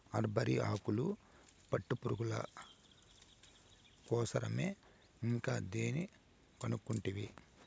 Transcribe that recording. mulberry ఆకులు పట్టుపురుగుల కోసరమే ఇంకా దేని కనుకుంటివి